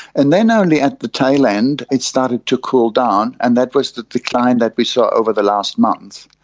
and then only at the tail end it started to cool down and that was the decline that we saw over the last months.